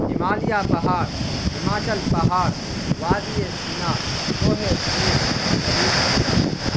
ہمالیہ پہاڑ ہماچل پہاڑ وادیٔ سینا کوہ طور خلیج بنگال